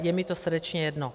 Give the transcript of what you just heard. Je mi to srdečně jedno.